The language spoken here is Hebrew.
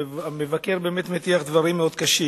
המבקר מטיח דברים מאוד קשים